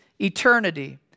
eternity